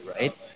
right